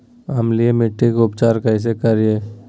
अम्लीय मिट्टी के उपचार कैसे करियाय?